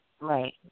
Right